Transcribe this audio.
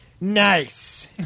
nice